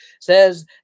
says